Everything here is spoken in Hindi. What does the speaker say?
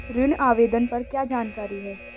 ऋण आवेदन पर क्या जानकारी है?